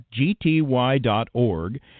gty.org